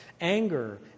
anger